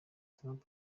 trump